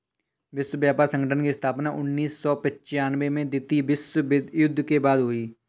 विश्व व्यापार संगठन की स्थापना उन्नीस सौ पिच्यानबें में द्वितीय विश्व युद्ध के बाद हुई